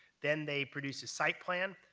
then they produce a site plan,